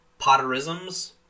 Potterisms